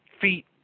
feet